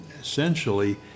essentially